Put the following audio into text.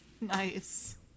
nice